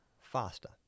faster